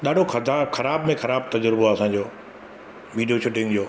ॾाढो खदा ख़राब में ख़राब तजुर्बो आहे असांजो वीडियो शूटींग जो